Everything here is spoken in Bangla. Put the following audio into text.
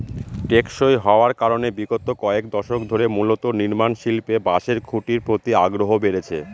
টেকসই হওয়ার কারনে বিগত কয়েক দশক ধরে মূলত নির্মাণশিল্পে বাঁশের খুঁটির প্রতি আগ্রহ বেড়েছে